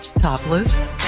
topless